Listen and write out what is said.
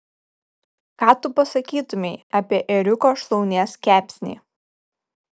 ką tu pasakytumei apie ėriuko šlaunies kepsnį